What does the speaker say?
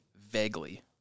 vaguely